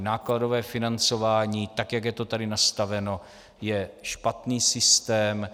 Nákladové financování, tak jak je to tady nastaveno, je špatný systém.